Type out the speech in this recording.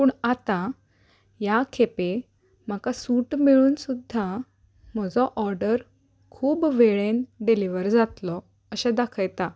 पूण आतां ह्या खेपे म्हाका सूट मेळून सुद्दा म्हजो ऑर्डर खूब वेळेन डिलिवर जातलो अशें दाखयता